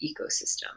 ecosystem